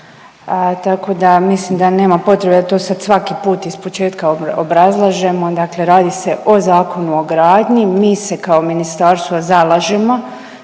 tako da mislim da nema potrebe da to sad svaki put ispočetka obrazlažemo. Dakle, radi se o Zakonu o gradnji. Mi se kao ministarstvo zalažemo